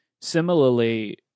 similarly